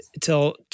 till